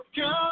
Come